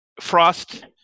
Frost